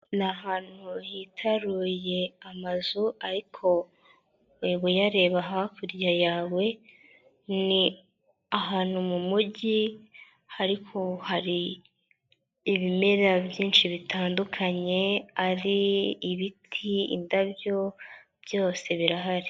Ni ahantu hitaruye amazu ariko uba uyareba hakurya yawe ni ahantu mu mujyi ariko hari ibimera byinshi bitandukanye, ari ibiti, indabyo, byose birahari.